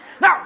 Now